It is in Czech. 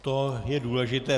To je důležité.